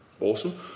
Awesome